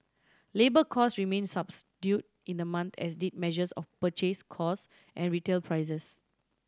labour cost remain subdue in the month as did measures of purchase costs and retail prices